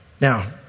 Now